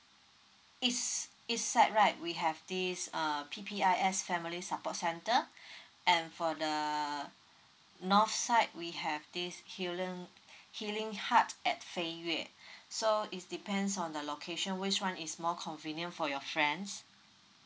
east east side right we have this err P P I S family support center and for the north side we have this healing healing heart at fei yue so is depends on the location which one is more convenient for your friends